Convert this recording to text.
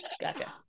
Gotcha